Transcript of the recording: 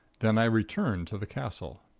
then i returned to the castle.